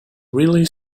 really